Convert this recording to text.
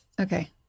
okay